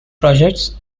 projects